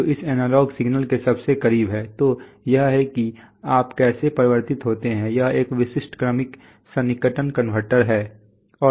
जो इस analogue signal के सबसे करीब है तो यह है कि आप कैसे परिवर्तित होते हैं यह एक विशिष्ट क्रमिक सन्निकटन कनवर्टर है और